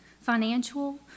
financial